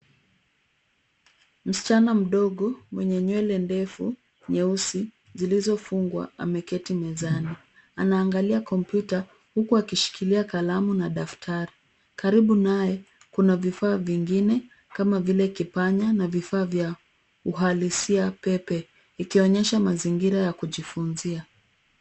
Msichana mdogo mwenye nywele ndefu nyeusi zilizofungwa ameketi mezani. Aangalia kompyuta huku akishikilia kalamu na daftari. Karibu naye kuna vifaa vingine kama vile kipanya na vifaa vya uhalisia pepe ikionyesha mazingira ya kujifunzia.